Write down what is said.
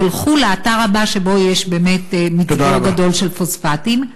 ילכו לאתר הבא שבו יש באמת מצבור גדול של פוספטים.